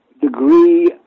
degree